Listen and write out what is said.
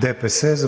(ДПС):